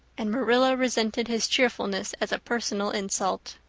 and marilla resented his cheerfulness as a personal insult.